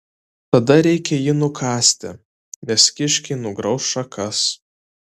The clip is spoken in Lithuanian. tada reikia jį nukasti nes kiškiai nugrauš šakas